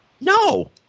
No